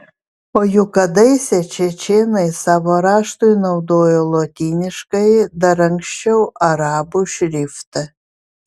o juk kadaise čečėnai savo raštui naudojo lotyniškąjį dar anksčiau arabų šriftą